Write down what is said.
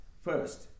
First